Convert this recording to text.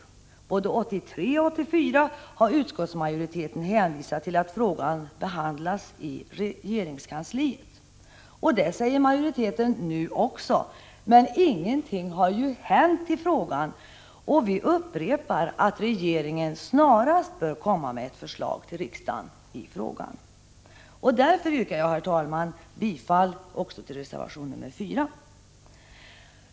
Både 1983 och 1984 har utskottsmajoriteten hänvisat till att frågan bereds i 123 regeringskansliet. Det säger majoriteten nu också, men ingenting har ju hänt i frågan, och vi upprepar att regeringen snarast bör komma med ett förslag till riksdagen i frågan. Därför yrkar jag, herr talman, bifall också till reservation nr 4.